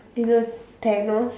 either Thanos